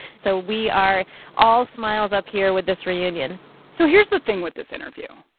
so we are all smiles up here with this reunion so here's the thing with this interview.